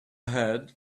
had